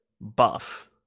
buff